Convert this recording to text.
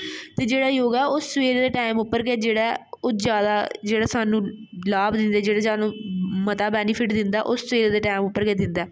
ते जेह्ड़ा योगा ओह् सवैरे दे टाइम पर गै जेह्ड़ा ऐ ओह् जैदा जेह्ड़ा सानूं लाभ दिंदे जैदा मता बैनीफिट दिंदा ओह् सवैरे दे टाइम पर गै दिंदा ऐ